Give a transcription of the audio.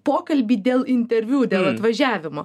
pokalbį dėl interviu dėl atvažiavimo